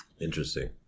Interesting